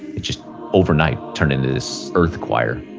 it just overnight turned into this earth choir.